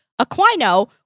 Aquino